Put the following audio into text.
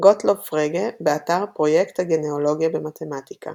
גוטלוב פרגה, באתר פרויקט הגנאלוגיה במתמטיקה